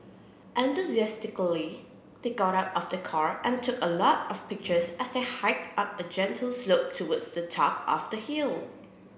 enthusiastically they got out of the car and took a lot of pictures as they hiked up a gentle slope towards the top of the hill